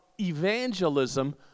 evangelism